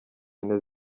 yine